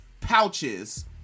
pouches